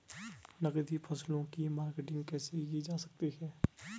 नकदी फसलों की मार्केटिंग कैसे की जा सकती है?